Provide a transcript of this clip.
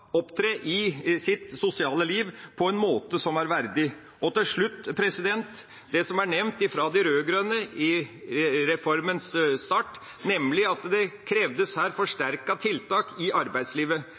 opptre i sitt sosiale liv på en måte som er verdig. Til slutt vil jeg nevne det som ble nevnt av de rød-grønne ved reformens start, nemlig at det kreves forsterkede tiltak i arbeidslivet,